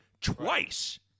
twice